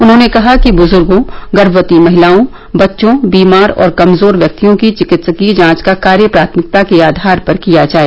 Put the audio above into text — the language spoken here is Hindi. उन्होंने कहा कि बुजुर्गो गर्मवती महिलाओं बच्चों बीमार और कमजोर व्यक्तियों की चिकित्सीय जांच का कार्य प्राथमिकता के आधार पर किया जाए